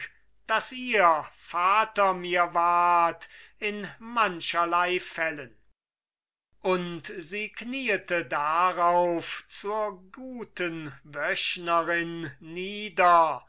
daß ihr vater mir wart in mancherlei fällen und sie kniete darauf zur guten wöchnerin nieder